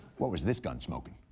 what was this gun smoking?